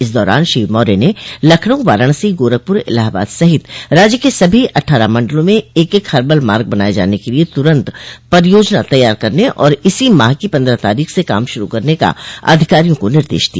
इस दौरान श्री मौर्य ने लखनऊ वाराणसी गोरखपुर इलाहाबाद सहित राज्य के सभी अट्ठारह मंडलों में एक एक हर्बल मार्ग बनाये जाने के लिए तुरन्त परियोजना तैयार करने और इसी माह की पन्द्रह तारीख से काम शुरू करने का अधिकारियों को निर्देश दिया